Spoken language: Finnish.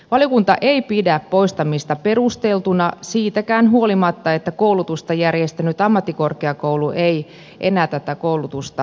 valiokunta ei pidä poistamista perusteltuna siitäkään huolimatta että koulutusta järjestänyt ammattikorkeakoulu ei enää tätä koulutusta järjestä